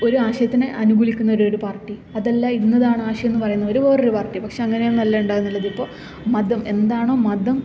ഒരു ആശയത്തിനെ അനുകൂലിക്കുന്നവർ ഒരു പാര്ട്ടി അതല്ല ഇന്നതാണ് ആശയം എന്ന് പറയുന്നവർ വേറൊരു പാര്ട്ടി പക്ഷെ അങ്ങനെയൊന്നും അല്ല ഉണ്ടാകുന്നതല്ലോ ഇതിപ്പോൾ മതം എന്താണോ മതം